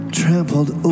trampled